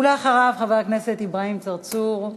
אחריו, חבר הכנסת אברהים צרצור,